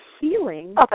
healing